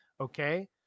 Okay